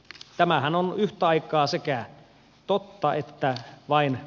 tämähän on yhtä aikaa sekä totta että vain